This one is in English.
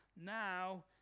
now